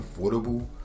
affordable